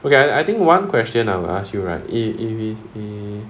okay I I think one question I will ask you right if if